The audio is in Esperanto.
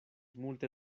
multe